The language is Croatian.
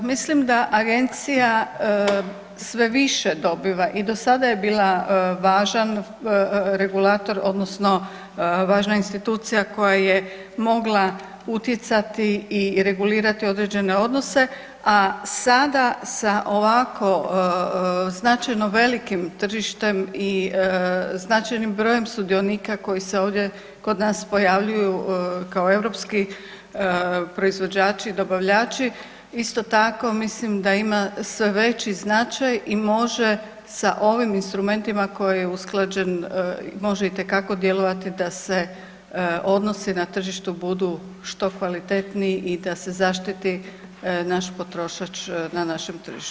Pa mislim da agencija sve više dobiva i do sada je bila važan regulator odnosno važna institucija koja je mogla utjecati i regulirati određene odnose, a sada sa ovako značajno velikim tržištem i značajnim brojem sudionika koji se ovdje kod nas pojavljuju kao europski proizvođači i dobavljači isto tako mislim da ima sve veći značaj i može sa ovim instrumentima koji je usklađen, može itekako djelovati da se odnosi na tržištu budu što kvalitetniji i da se zaštiti naš potrošač na našem tržištu.